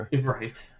Right